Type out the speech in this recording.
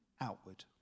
outward